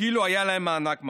כאילו היה להם מענק מלא.